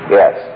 yes